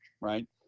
right